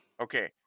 Okay